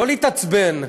לא להתעצבן,